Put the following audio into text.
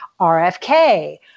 RFK